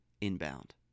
inbound